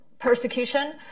persecution